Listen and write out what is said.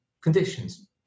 conditions